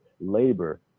labor